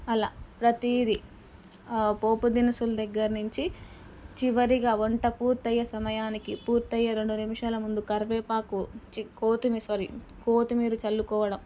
అలా ప్రతీదీ పోపు దినుసులు దగ్గర నుంచి చివరిగా వంట పూర్తయ్యే సమయానికి పూర్తయ్యే రెండు నిమిషాలు ముందు కరివేపాకు చికు కొత్తిమీర సోరీ కొత్తిమీర చల్లుకోవడం